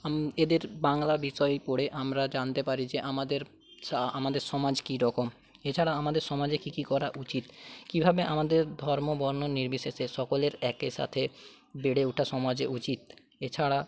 এদের বাংলা বিষয় পড়ে আমরা জানতে পারি যে আমাদের আমাদের সমাজ কীরকম এছাড়া আমাদের সমাজে কী কী করা উচিত কীভাবে আমাদের ধর্ম বর্ণ নির্বিশেষে সকলের একেসাথে বেড়ে ওঠা সমাজে উচিত এছাড়া